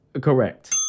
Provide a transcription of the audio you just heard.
correct